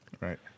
Right